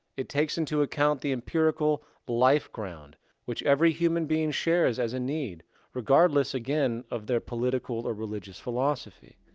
it takes into account the empirical life ground which every human being shares as a need regardless, again, of their political or religious philosophy.